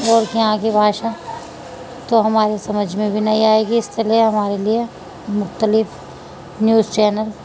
اور کے یہاں کی بھاشا تو ہمارے سمجھ میں بھی نہیں آئے گی اس کے لیے ہمارے لیے مختلف نیوز چینل